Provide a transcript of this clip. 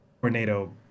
tornado